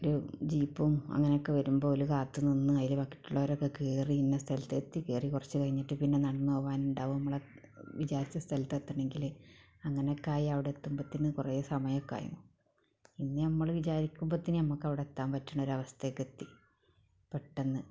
ഒരു ജീപ്പും അങ്ങനൊക്കെ വരുമ്പോൾ അതിൽ കാത്ത് നിന്ന് അതിൽ ബാക്കി ഉള്ളവരൊക്കെ കയറി ഇന്ന സ്ഥലത്ത് എത്തി കയറി കുറച്ച് കഴിഞ്ഞിട്ട് പിന്നെ നടന്ന് പോകാനുണ്ടാകും നമ്മൾ വിചാരിച്ച സ്ഥലത്ത് എത്തണമെങ്കില് അങ്ങനെ ഒക്കെ ആയി അവിടെ എത്തുമ്പോളേതെന് കുറെ സമയമൊക്കെ ആകും പിന്നെ നമ്മൾ വിചാരിക്കുമ്പോൾ തന്നെ നമുക്കവിടെ എത്താൻ പറ്റുന്ന ഒരവസ്ഥയൊക്കെ എത്തി പെട്ടെന്ന്